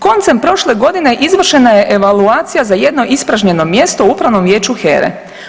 Koncem prošle godine izvršena je evaluacija za jedno ispražnjeno mjesto u Upravnom vijeću HERE.